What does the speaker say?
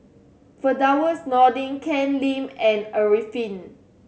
Firdaus Nordin Ken Lim and Arifin